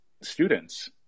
students